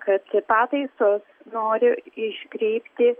kad pataisos nori iškreipti